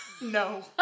no